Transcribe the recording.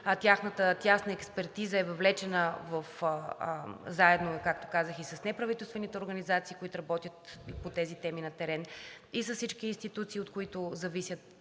тяхната експертиза е въвлечена заедно, както казах, и с неправителствените организации, които работят по тези теми на терен, и с всички институции, от които зависи